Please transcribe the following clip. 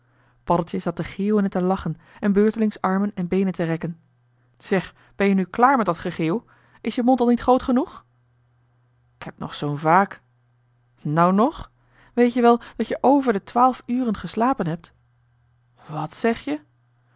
zat te geeuwen en te lachen en beurtelings armen en beenen te rekken zeg ben-je nu klaar met dat gegeeuw is je mond al niet groot genoeg k heb nog zoo'n vaak nou nog weet-je wel dat je over de twaalf uren geslapen hebt wàt zeg je